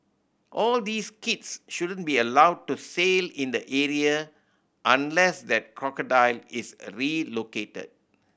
all these kids shouldn't be allowed to sail in the area unless that crocodile is relocated